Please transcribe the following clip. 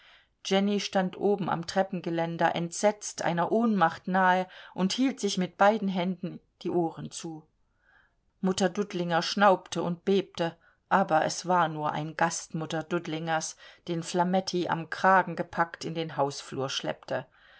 jenny stand oben am treppengeländer entsetzt einer ohnmacht nahe und hielt sich mit beiden händen die ohren zu mutter dudlinger schnaubte und bebte aber es war nur ein gast mutter dudlingers den flametti am kragen gepackt in den hausflur schleppte